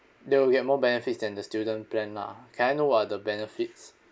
they will get more benefits than the student plan lah can I know what are the benefits